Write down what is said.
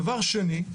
דבר שני,